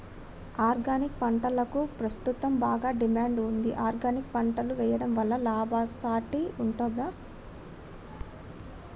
Organic పంటలకు ప్రస్తుతం బాగా డిమాండ్ ఉంది ఆర్గానిక్ పంటలు వేయడం వల్ల లాభసాటి ఉంటుందా?